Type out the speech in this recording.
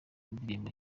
indirimbo